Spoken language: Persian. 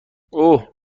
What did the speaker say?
اوه